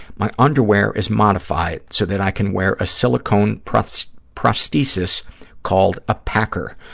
my underwear is modified so that i can wear a silicone prosthesis prosthesis called a packer,